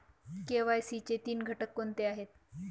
KYC चे तीन घटक कोणते आहेत?